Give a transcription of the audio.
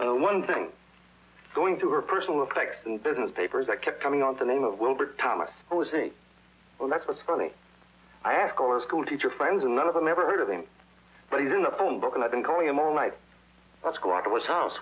the one thing going through her personal effects and business papers that kept coming on the name of wilbur thomas always think well that's what's funny i ask or schoolteacher friends and none of them ever heard of him but he's in the phone book and i've been going him all night let's go out of his house